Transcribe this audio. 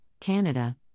Canada